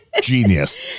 Genius